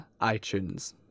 iTunes